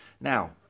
Now